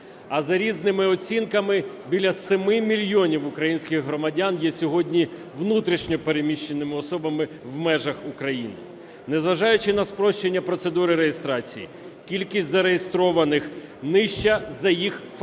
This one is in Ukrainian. А, за різними оцінками, біля 7 мільйонів українських громадян є сьогодні внутрішньо переміщеними особами в межах України. Незважаючи на спрощення процедури реєстрації, кількість зареєстрованих нижча за їх фактичну